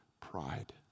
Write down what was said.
pride